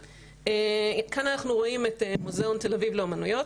כאן אנחנו רואים את מוזיאון לאומנויות,